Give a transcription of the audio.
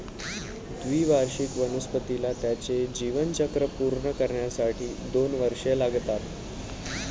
द्विवार्षिक वनस्पतीला त्याचे जीवनचक्र पूर्ण करण्यासाठी दोन वर्षे लागतात